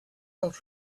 don’t